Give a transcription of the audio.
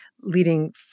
leading